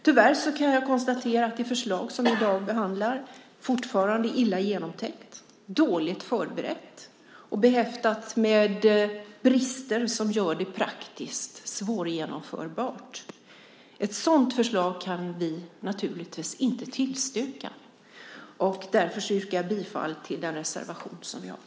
Tyvärr kan jag konstatera att det förslag som vi i dag behandlar fortfarande är illa genomtänkt, dåligt förberett och behäftat med brister som gör det praktiskt svårgenomförbart. Ett sådant förslag kan vi naturligtvis inte tillstyrka. Därför yrkar jag bifall till den reservation som vi har .